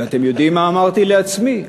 אתם יודעים מה אמרתי לעצמי?